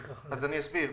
אני אסביר.